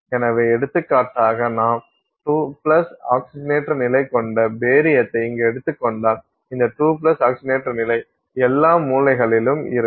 எனவே எடுத்துக்காட்டாக நாம் 2 ஆக்சிஜனேற்ற நிலை கொண்ட பேரியத்தை இங்கு எடுத்துக் கொண்டால் இந்த 2 ஆக்சிஜனேற்ற நிலை எல்லா மூலைகளிலும் இருக்கும்